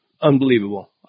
unbelievable